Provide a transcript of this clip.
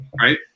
right